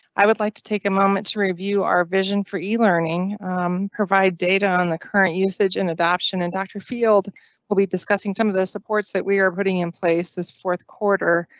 i would like to take a moment to review our vision for e-learning, provide data on the current usage and adoption and doctor field will be discussing some of those supports that we are putting in place. this fourth quarter